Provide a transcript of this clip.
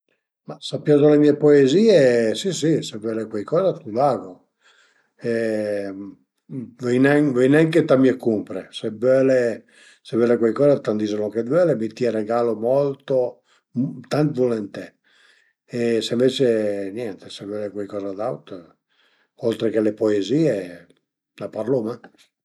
La coza pi stran-a ch'al e capitame, ch'a m'capita al e ades ën cust periodo che devu praticament tradüe dumande ën italian ën piemunteis e al e nen facil luli pös asicürevlo, comuncue al e 'na coza bela, 'na coza ch'a s'pöl fese